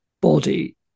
body